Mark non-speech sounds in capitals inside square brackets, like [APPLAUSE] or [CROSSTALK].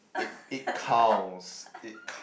[LAUGHS]